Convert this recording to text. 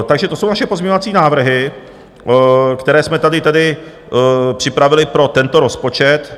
Takže to jsou naše pozměňovací návrhy, které jsme tady připravili pro tento rozpočet.